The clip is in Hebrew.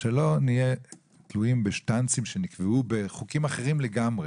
זה כדי שלא נהיה תלויים בתבניות שנקבעו בחוקים אחרים לגמרי.